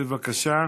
בבקשה,